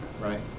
right